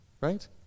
Right